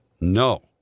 no